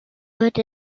wird